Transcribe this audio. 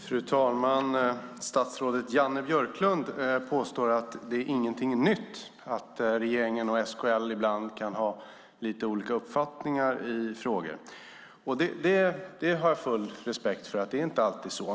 Fru talman! Statsrådet Janne Björklund påstår att det inte är något nytt att regeringen och SKL ibland har olika uppfattningar i frågor. Det kan jag nog hålla med om.